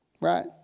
right